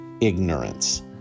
ignorance